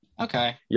Okay